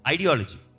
Ideology